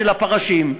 של הפרשים,